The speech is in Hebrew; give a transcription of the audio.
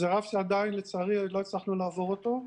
זה רף שעדיין, לצערי, עוד לא הצלחנו לעבור אותו.